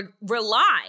rely